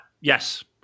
Yes